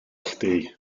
chdi